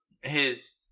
his-